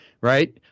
right